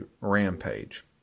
rampage